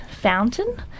fountain